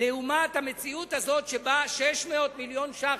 לעומת המציאות הזאת שבה 600 מיליון ש"ח,